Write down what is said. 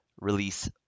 release